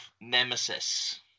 Nemesis